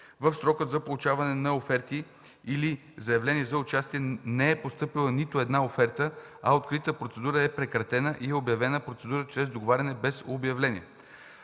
В срока за получаване на оферти или заявления за участие не е постъпила нито една оферта, а откритата процедура е прекратена и е обявена процедура чрез договаряне без обявление.